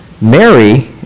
Mary